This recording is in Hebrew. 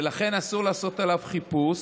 ולכן אסור לעשות עליו חיפוש,